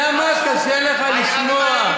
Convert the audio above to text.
למה קשה לך לשמוע?